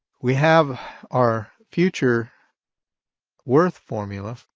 we have our future worth formula,